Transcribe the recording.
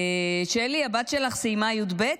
שלי, הבת שלך סיימה י"ב?